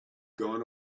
gone